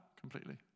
completely